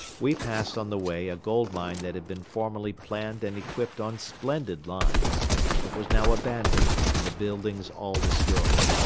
we passed on the way a gold mine that had been formerly planned and equipped on splendid lines but was now abandoned and the buildings all destroyed.